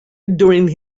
during